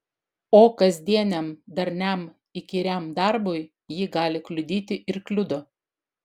o kasdieniam darniam įkyriam darbui ji gali kliudyti ir kliudo